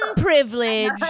privilege